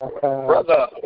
Brother